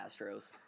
Astros